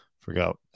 forgot